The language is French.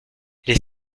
les